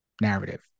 narrative